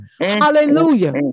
Hallelujah